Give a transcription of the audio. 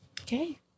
Okay